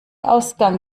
ausgang